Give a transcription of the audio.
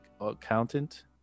accountant